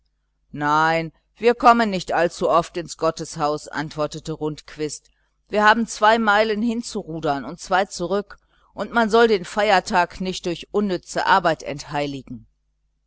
nein wir kommen nicht allzuoft ins gotteshaus antwortete rundquist wir haben zwei meilen hinzurudern und zwei zurück und man soll den feiertag nicht durch unnütze arbeit entheiligen